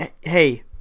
hey